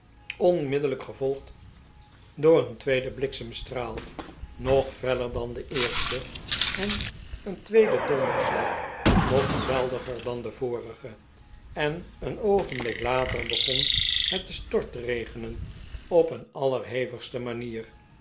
ohmiddellijk gevolgd door een tweeden bliksemstraal nog feller dan de eerste en een tweeden donderslag nog geweldiger dan de vorige en een oogenblik later begon het te stortregenen op een allerhevigste manier